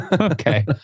okay